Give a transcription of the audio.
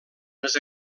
les